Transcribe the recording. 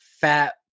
fat